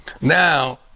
Now